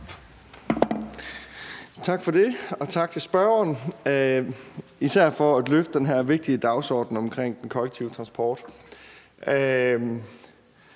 Tak for det. Og tak til spørgeren, især for at løfte den her vigtige dagsorden omkring den kollektive transport.